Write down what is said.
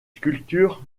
sculptures